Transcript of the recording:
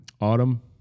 Autumn